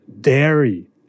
dairy